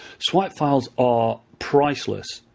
swipe files are priceless.